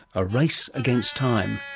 a race against time.